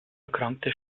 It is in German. erkrankte